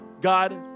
God